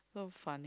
so funny